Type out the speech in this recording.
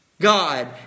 God